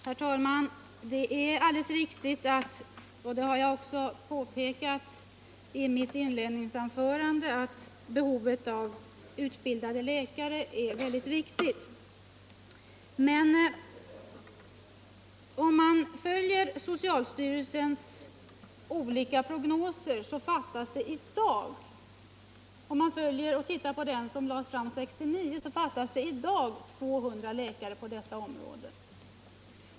Herr talman! Jag påpekade redan i mitt inledningsanförande att det är viktigt med utbildade läkare inom förlossningsvården. Men om man följer de prognoser socialstyrelsen lade fram 1969, fattas nu 200 läkare på detta område.